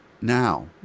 now